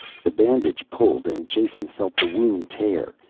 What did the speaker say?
the bandage pulled and jason felt the wound tear